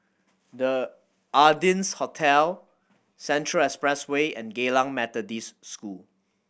The Ardennes Hotel Central Expressway and Geylang Methodist School